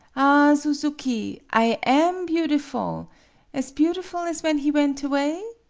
ah, suzuki! i am beautiful as beautiful as when he went away?